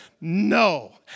no